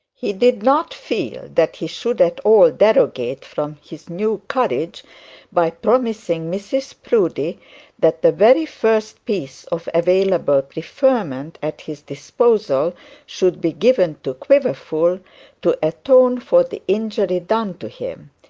he did not feel that he should at all derogate from his new courage by promising mrs proudie that the very first piece of available preferment at his disposal should be given to quiverful to atone for the injury done to him.